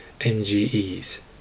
MGEs